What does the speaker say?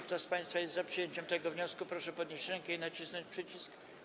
Kto z państwa jest za przyjęciem tego wniosku, proszę podnieść rękę i nacisnąć przycisk.